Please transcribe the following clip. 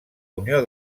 unió